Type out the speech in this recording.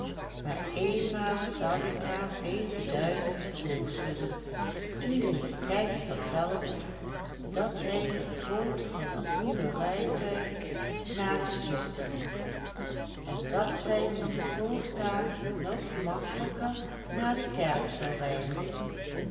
maar eenmaal zag ik haar veelbeduidend het hoofd schudden toen de heer kegge vertelde dat hij den koop van dat nieuwe rijtuig maar gesloten had en dat zij nu voortaan nog makkelijker naar de kerk zou rijden